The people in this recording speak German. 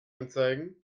anzeigen